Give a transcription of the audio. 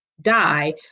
die